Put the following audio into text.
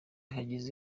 hagize